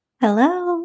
Hello